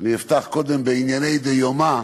אני אפתח בענייני דיומא.